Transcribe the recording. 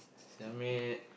sell maid